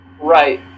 Right